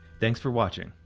thanks for watching.